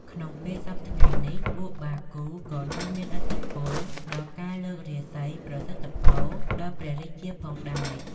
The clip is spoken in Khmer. ក្នុងពេលសព្វថ្ងៃនេះ ពួកបារគូក៏នៅមានឥទ្ធិពល ដល់ការលើករាសីប្រសិទ្ធពរដល់ព្រះរាជាផងដែរ។